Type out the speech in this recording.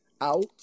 out